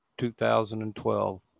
2012